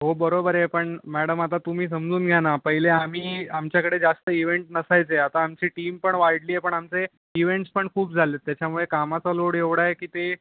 हो बरोबर आहे पण मॅडम आता तुम्ही समजून घ्या ना पहिले आम्ही आमच्याकडे जास्त इव्हेंट नसायचे आता आमची टीम पण वाढली आहे पण आमचे इव्हेंट्स पण खूप झालेत त्याच्यामुळे कामाचा लोड एवढा आहे की ते